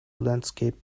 landscape